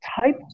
type